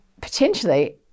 potentially